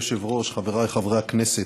אדוני היושב-ראש, חבריי חברי הכנסת,